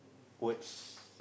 words